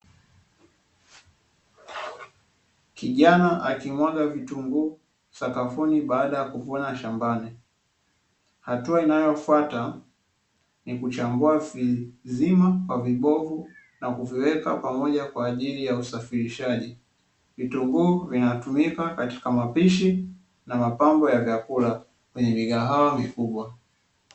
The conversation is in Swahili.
Kijana, akimwaga vitunguu sakafuni baada ya kuvuna shambani, hatua inayofuata ni kuchambua vizima kwa vibovu na kuviweka pamoja kwa ajili ya usafirishaji, vitunguu vinatumika katika mapishi na mapambo ya vyakula kwenye migahawa mikubwa.